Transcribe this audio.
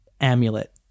amulet